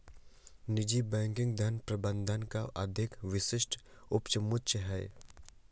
निजी बैंकिंग धन प्रबंधन का अधिक विशिष्ट उपसमुच्चय है